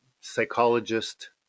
psychologist